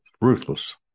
ruthless